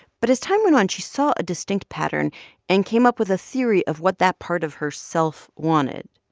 but as time went on, she saw a distinct pattern and came up with a theory of what that part of her self wanted.